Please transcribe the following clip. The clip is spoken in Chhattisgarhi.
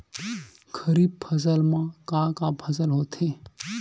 खरीफ फसल मा का का फसल होथे?